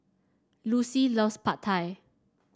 Lucy loves Pad Thai